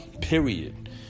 period